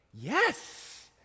yes